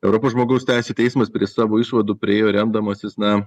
europos žmogaus teisių teismas prie savo išvadų priėjo remdamasis na